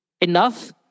enough